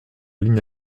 ligne